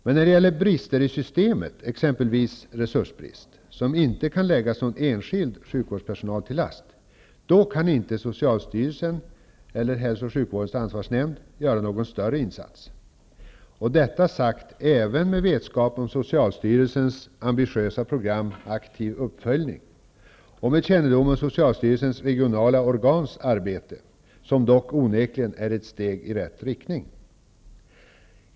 Men när det gäller brister i systemet, exempelvis resursbrist, som inte kan läggas någon enskild ur sjukvårdspersonalen till last, kan inte socialstyrelsen eller hälso och sjukvårdens ansvarsnämnd göra någon större insats. Detta sagt även med vetskap om socialstyrelsens ambitiösa program Aktiv uppföljning, och med kännedom om socialstyrelsens regionala organs arbete, som dock onekligen är ett steg i rätt riktning.